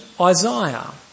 Isaiah